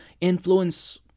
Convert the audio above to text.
influence